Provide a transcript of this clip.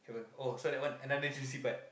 oh so that one